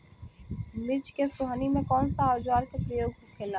मिर्च के सोहनी में कौन सा औजार के प्रयोग होखेला?